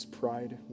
pride